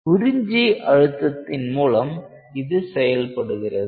உறிஞ்சி அழுத்தத்தின் மூலம் இது செயல்படுகிறது